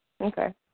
Okay